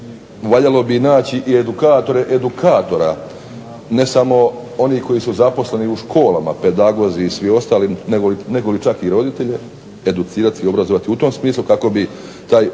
valjalo bi naći edukatore edukatora, ne samo onih koji su zaposleni u školama pedagozi i svi ostali, negoli čak i roditelje educirati u tom smislu kako bi taj